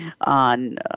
on